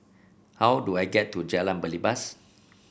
how do I get to Jalan Belibas